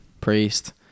priest